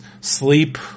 sleep